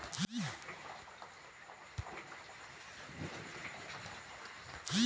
IMPS की होईछइ?